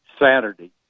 Saturday